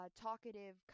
talkative